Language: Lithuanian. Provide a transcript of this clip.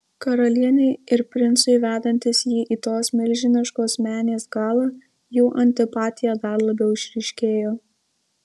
karalienei ir princui vedantis jį į tos milžiniškos menės galą jų antipatija dar labiau išryškėjo